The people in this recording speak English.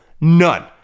None